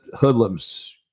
hoodlums